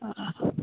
ஆ ஆ